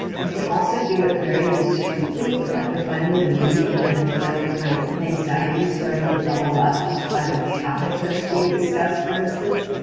you can also do it very discreetly like if i'm in a meeting, and i feel my anxiety starting to bubble up just by the topic that's being discussed for instance,